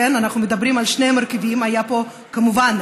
אנחנו מדברים על שני המרכיבים: כמובן,